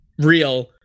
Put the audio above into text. real